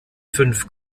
fünf